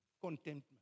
contentment